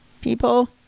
people